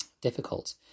difficult